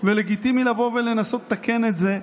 ולגיטימי לבוא ולנסות לתקן את זה.